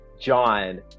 John